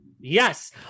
Yes